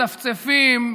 מצפצפים,